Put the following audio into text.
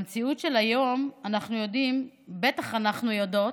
במציאות של היום אנחנו יודעים, בטח אנחנו יודעות,